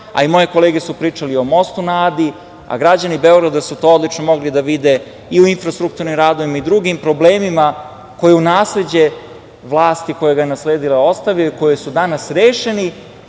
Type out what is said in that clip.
a i moje kolege su pričali o mostu na Adi, a građani Beograda su to odlično mogli da vide i u infrastrukturnim radovima i drugim problemima koji u nasleđe vlasti koja ga je nasledila ostavio i koji su danas rešeni